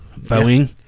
Boeing